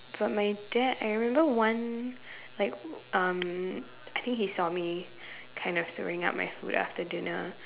but my dad I remember one like um I think he saw me kind of throwing up my food after dinner